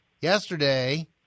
yesterday